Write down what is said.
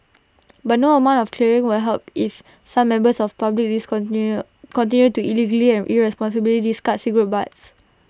but no amount of clearing will help if some members of public continue to illegally and irresponsibly discard cigarette butts